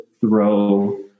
Throw